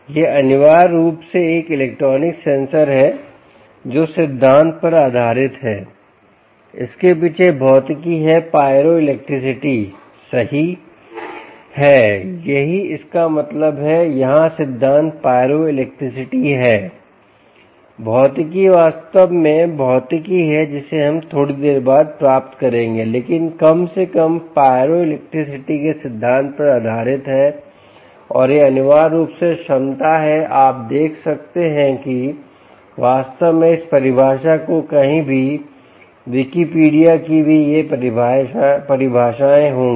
यह अनिवार्य रूप से एक इलेक्ट्रॉनिक सेंसर है जो सिद्धांत पर आधारित है इसके पीछे भौतिकी है Pyroelectricity सही है यही इसका मतलब है यहाँ सिद्धांत Pyroelectricity है भौतिकी वास्तव में भौतिकी है जिसे हम थोड़ी देर बाद प्राप्त करेंगे लेकिन कम से कम Pyroelectricity के सिद्धांत पर आधारित है और यह अनिवार्य रूप से क्षमता है आप देख सकते हैं की वास्तव में इस परिभाषा को कहीं भी विकिपीडिया की भी ये परिभाषाएँ होंगी